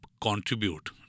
contribute